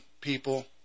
people